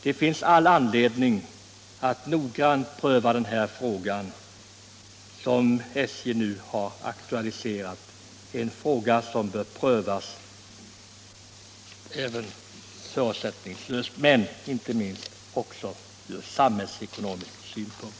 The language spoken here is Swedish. Det finns all anledning att noggrant pröva den här frågan som SJ nu har aktualiserat. Den bör även prövas förutsättningslöst och inte minst ur samhällsekonomisk synpunkt.